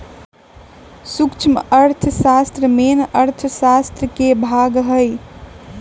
सूक्ष्म अर्थशास्त्र मेन अर्थशास्त्र के भाग हई